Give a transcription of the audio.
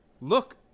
look